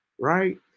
right